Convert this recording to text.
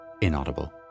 Inaudible